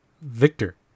Victor